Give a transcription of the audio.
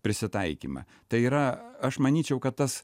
prisitaikymą tai yra aš manyčiau kad tas